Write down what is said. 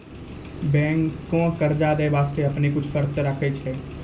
बैंकें कर्जा दै बास्ते आपनो कुछ शर्त राखै छै